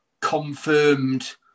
confirmed